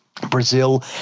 Brazil